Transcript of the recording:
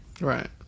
Right